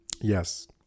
Yes